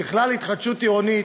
ככלל, התחדשות עירונית